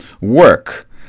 work